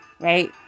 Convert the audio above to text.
right